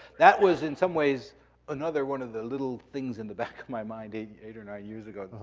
that was in some ways another one of the little things in the back of my mind eight eight or nine years ago.